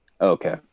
Okay